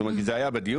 זאת אומרת זה היה בדיון,